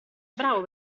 bravo